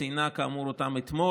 ציינה אותם כאמור אתמול,